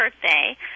birthday